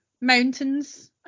mountains